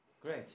Great